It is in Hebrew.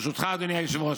ברשותך אדוני היושב-ראש,